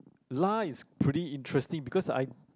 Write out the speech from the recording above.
lah is pretty interesting because I